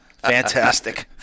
Fantastic